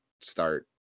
start